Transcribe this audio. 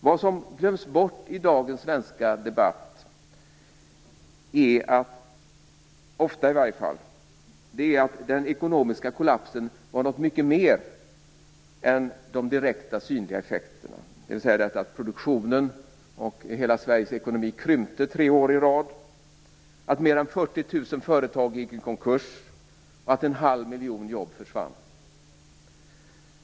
Vad som ofta glöms bort i dagens svenska debatt är att den ekonomiska kollapsen innebar något mycket mer än de direkta synliga effekterna, dvs. att produktionen och hela Sveriges ekonomi krympte tre år i rad, att mer än 40 000 företag gick i konkurs och att en halv miljon jobb försvann.